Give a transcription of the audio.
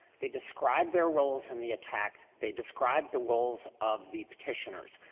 they described their roles in the attack. they described the roles of the petitioners.